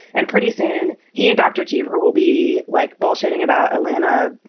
and pretty soon he and dr. cheever will be like bullshitting about atlanta,